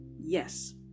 yes